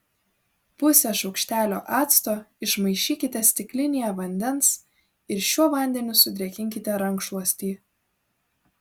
pusę šaukštelio acto išmaišykite stiklinėje vandens ir šiuo vandeniu sudrėkinkite rankšluostį